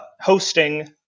hosting